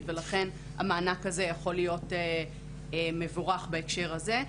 ולכן המענק הזה יכול להיות מבורך בהקשר הזה.